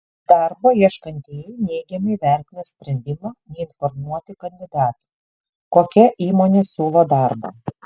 darbo ieškantieji neigiamai vertina sprendimą neinformuoti kandidatų kokia įmonė siūlo darbą